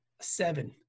seven